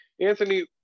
Anthony